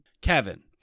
Kevin